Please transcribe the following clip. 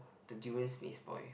the durians may spoil